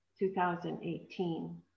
2018